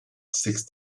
sex